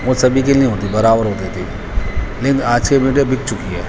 وہ سبھی کے لیے ہوتی برابر ہوتی تھی لیکن آج کے میڈیا بک چکی ہے